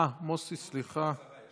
אה, מוסי, סליחה.